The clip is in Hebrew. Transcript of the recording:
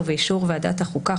ובאישור ועדת החוקה,